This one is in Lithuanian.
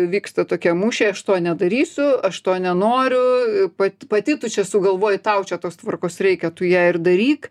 vyksta tokie mūšiai aš to nedarysiu aš to nenoriu pat pati tu čia sugalvojai tau čia tos tvarkos reikia tu ją ir daryk